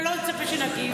ולצפות שלא נגיב.